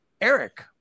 Eric